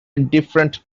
different